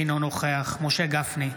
אינו נוכח משה גפני,